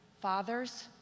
Fathers